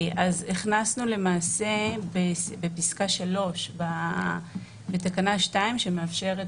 הכנסנו למעשה בפסקה 3 בתקנה 2 שמאפשרת